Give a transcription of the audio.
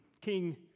King